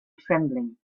trembling